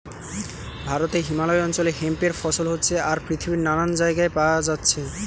ভারতে হিমালয় অঞ্চলে হেম্প এর ফসল হচ্ছে আর পৃথিবীর নানান জাগায় পায়া যাচ্ছে